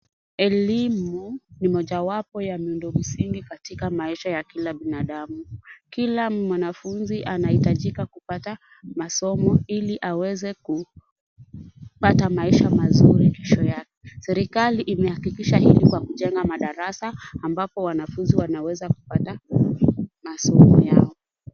Elimu ni mojawapo ya miundomsingi katika maisha ya kila binadamu. Kila mwanafunzi anahitajika kupata masomoili aweze kupata maisha mazuri kesho yake. Serikali imehakikisha hili kwa kujenga madarasa ambapo wanafunzi wanaweza kupata masomo yao.